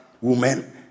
women